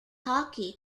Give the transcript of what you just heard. hockey